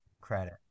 credit